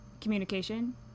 communication